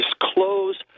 disclose